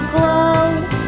glow